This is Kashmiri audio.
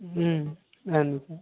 اہن حظ آ